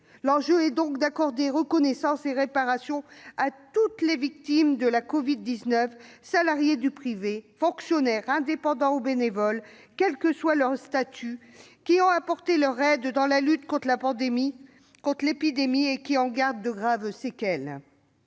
L'enjeu est donc d'accorder reconnaissance et réparation à toutes les victimes de la Covid-19- salariés du privé, fonctionnaires, indépendants ou bénévoles, quel que soit leur statut -qui ont apporté leur aide dans la lutte contre l'épidémie et qui en gardent de graves séquelles.